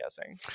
guessing